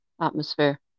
atmosphere